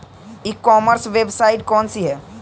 ई commerce website कौन सी है?